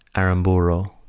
aramburo.